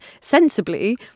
sensibly